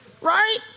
right